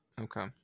okay